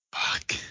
Fuck